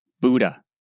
Buddha